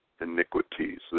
iniquities